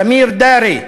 סמיר דארי,